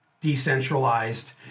decentralized